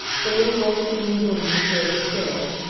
the little, low-ceilinged room was very still.